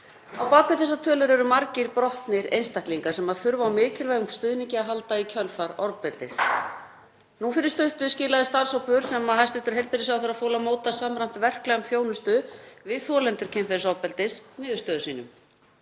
Á bak við þessar tölur eru margir brotnir einstaklingar sem þurfa á mikilvægum stuðningi að halda í kjölfar ofbeldis. Nú fyrir stuttu skilaði starfshópur, sem hæstv. heilbrigðisráðherra fól að móta samræmt verklag um þjónustu við þolendur kynferðisofbeldis, niðurstöðum sínum.